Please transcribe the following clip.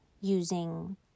using